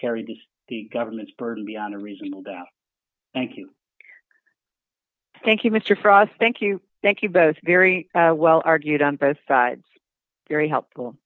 carries the government's burden beyond a reasonable doubt thank you thank you mr frost thank you thank you both very well argued on both sides very helpful